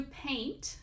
paint